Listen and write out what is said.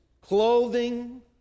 clothing